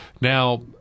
now